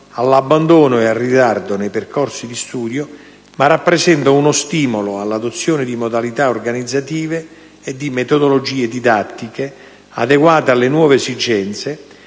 all'abbandono ed al ritardo nei percorsi di studio, ma rappresenta uno stimolo all'adozione di modalità organizzative e di metodologie didattiche adeguate alle nuove esigenze,